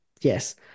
yes